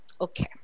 Okay